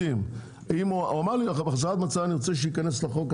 הוא אמר לי: אני רוצה שייכנס לחוק,